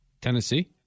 Tennessee